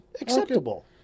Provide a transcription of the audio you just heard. Acceptable